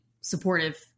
supportive